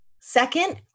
Second